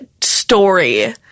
story